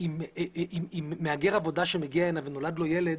אם מהגר עבודה שמגיעה הנה ונולד לו ילד